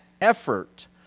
effort